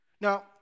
Now